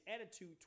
attitude